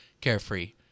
carefree